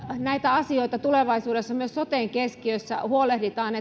näistä asioista tulevaisuudessa myös soten keskiössä huolehditaan